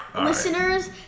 listeners